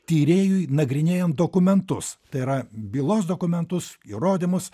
tyrėjui nagrinėjant dokumentus t y bylos dokumentus įrodymus